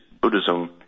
Buddhism